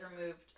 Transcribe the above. removed